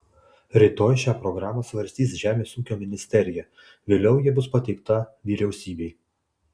rytoj šią programą svarstys žemės ūkio ministerija vėliau ji bus pateikta vyriausybei